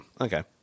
Okay